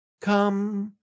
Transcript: Come